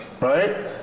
right